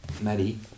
Maddie